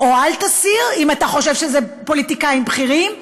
או אל תסיר, אם אתה חושב שזה פוליטיקאים בכירים,